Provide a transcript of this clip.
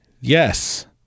Yes